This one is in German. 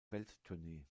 welttournee